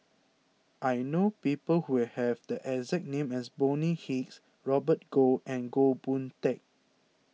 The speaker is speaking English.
I know people who have the exact name as Bonny Hicks Robert Goh and Goh Boon Teck